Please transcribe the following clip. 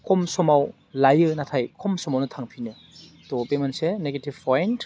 खम' समाव लायो नाथाय खम' समावनो थांफिनो थ' बे मोनसे नेगेटिभ पइन